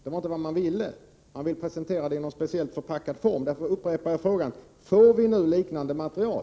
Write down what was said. Det var inte vad man ville ha, och man ville presentera det i en speciellt förpackad form. Därför upprepar jag frågan: Får vi nu liknande material?